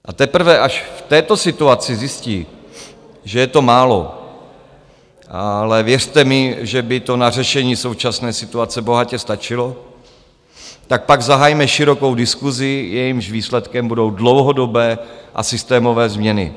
A teprve až v této situaci zjistí, že je to málo, ale věřte mi, že by to na řešení současné situace bohatě stačilo, tak pak zahajme širokou diskusi, jejímž výsledkem budou dlouhodobé a systémové změny.